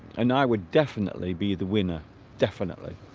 and i would definitely be the winner definitely